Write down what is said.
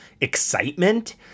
excitement